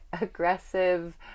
aggressive